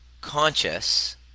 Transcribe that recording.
conscious